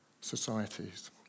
societies